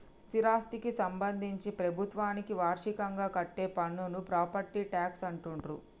స్థిరాస్థికి సంబంధించి ప్రభుత్వానికి వార్షికంగా కట్టే పన్నును ప్రాపర్టీ ట్యాక్స్ అంటుండ్రు